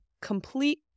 complete